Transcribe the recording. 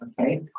okay